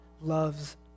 loves